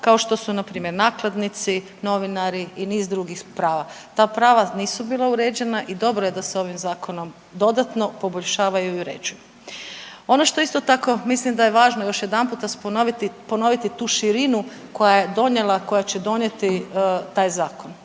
kao što su npr. nakladnici, novinari i niz drugih prava. Ta prava nisu bila uređena i dobro je da se ovim zakonom dodatno poboljšavaju i uređuju. Ono što je isto tako mislim da je važno još jedanputa ponoviti tu širinu koja je donijela, koja će donijeti taj zakon.